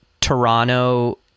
Toronto